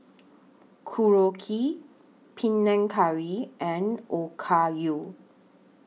Korokke Panang Curry and Okayu